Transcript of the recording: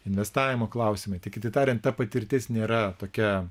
investavimo klausimai tai kitaip tariant ta patirtis nėra tokia